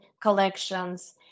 collections